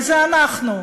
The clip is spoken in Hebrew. וזה אנחנו,